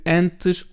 antes